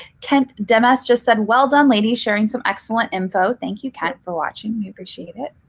kat damass just said, well done, ladies. sharing some excellent info. thank you, kat, for watching. we appreciate it.